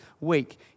week